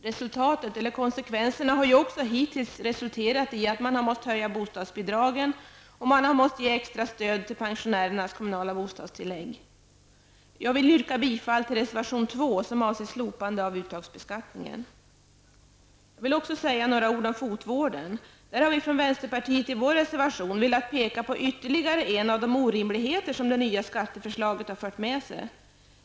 Resultatet har hittills blivit högre bostadsbidrag och extra stöd till pensionärernas kommunala bostadstillägg. Fru talman! Jag yrkar bifall till reservation 2 som avser slopande av uttagsbeskattningen. Jag skall också säga några ord om fotvården. Vänsterpartiet har i sin reservation pekat på ytterligare en av de orimligheter som skattereformen fört med sig.